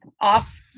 off